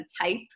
type